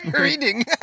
reading